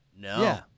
No